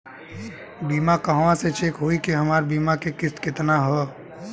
बीमा कहवा से चेक होयी की हमार बीमा के किस्त केतना ह?